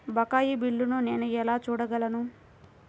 బకాయి బిల్లును నేను ఎలా చూడగలను?